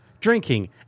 drinking